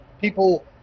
people